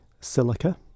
silica